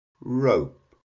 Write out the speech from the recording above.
rope